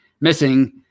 missing